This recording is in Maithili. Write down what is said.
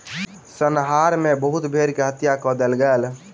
संहार मे बहुत भेड़ के हत्या कय देल गेल